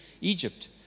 Egypt